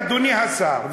אדוני השר,